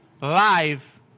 live